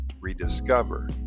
rediscover